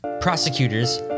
Prosecutors